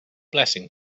blessing